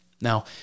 Now